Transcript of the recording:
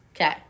Okay